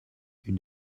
une